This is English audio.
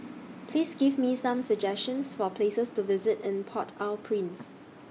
Please Give Me Some suggestions For Places to visit in Port Au Prince